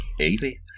easy